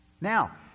Now